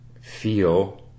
feel